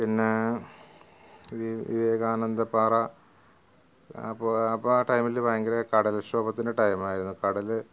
പിന്നേ വി വിവേകാനന്ദപ്പാറ അപ്പോൾ അപ്പം ആ ടൈമില് ഭയങ്കര കടല് ക്ഷോഭത്തിന്റെ ടൈമായിരുന്നു കടല്